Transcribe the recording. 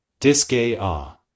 Disgaea